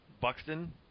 Buxton